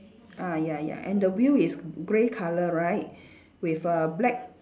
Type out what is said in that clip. ah ya ya and the wheel is grey colour right with a black